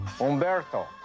Umberto